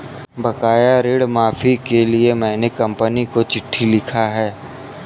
बकाया ऋण माफी के लिए मैने कंपनी को चिट्ठी लिखा है